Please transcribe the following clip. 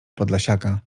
podlasiaka